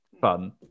fun